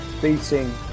beating